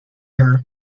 her